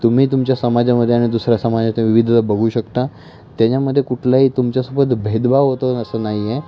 तुम्ही तुमच्या समाजामध्ये आणि दुसऱ्या समाजातून विविधता बघू शकता त्याच्यामध्ये कुठलाही तुमच्यासोबत भेदभाव होतो असं नाही आहे